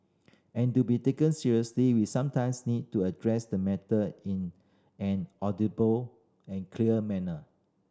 and to be taken seriously we sometimes need to address the matter in an audible and clear manner